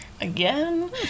again